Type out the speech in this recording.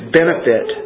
benefit